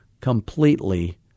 completely